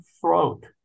throat